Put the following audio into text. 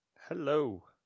hello